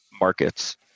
markets